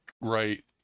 right